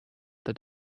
that